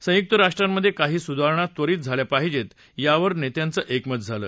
संयुक्त राष्ट्रांमधे काही सुधारणा त्वरीत झाल्या पाहिजे यावर या नेत्यांचं एकमत झालं